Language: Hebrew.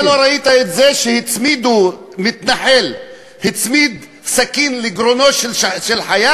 אתה לא ראית את זה שמתנחל הצמיד סכין לגרונו של חייל?